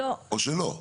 או שלא?